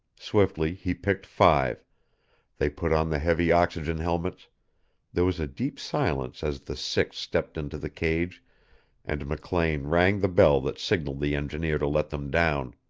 swiftly he picked five they put on the heavy oxygen helmets there was a deep silence as the six stepped into the cage and mclean rang the bell that signaled the engineer to let them down.